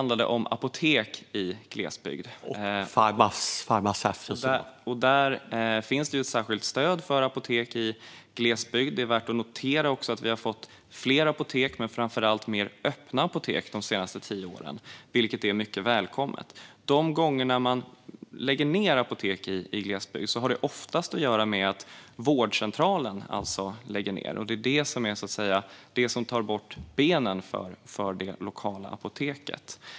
Det finns ett särskilt stöd för apotek i glesbygd. Det är också värt att notera att vi har fått fler apotek men framför allt mer öppna apotek de senaste tio åren, vilket är mycket välkommet. De gånger man lägger ned apotek i glesbygd har det oftast att göra med att vårdcentralen lägger ned. Det är det som slår undan benen för det lokala apoteket.